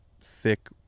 thick